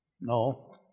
No